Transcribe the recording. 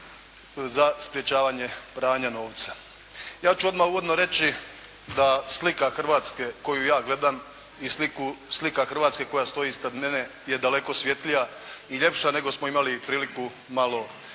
za sprječavanje pranja novca. Ja ću odmah uvodno reći da slika Hrvatske koju ja gledam i slika Hrvatske koja stoji ispred mene je daleko svjetlija i ljepša, nego smo imali priliku malo